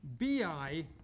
bi